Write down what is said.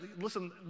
Listen